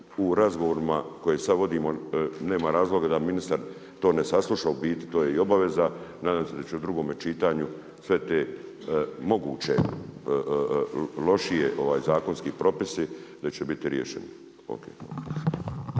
u razgovorima koje sad vodimo, nema razloga da ministar to ne sasluša, u biti to je i obaveza, nadam se da će u drugom čitanju sve te moguće lošije, ovaj zakonski propisi da će biti riješeni.